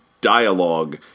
dialogue